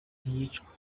ntiyicwa